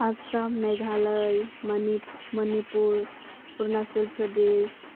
Assam Meghalaya Manipur Arunachal Pradesh